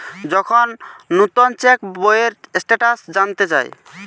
যখন নুতন চেক বইয়ের স্টেটাস জানতে চায়